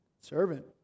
Servant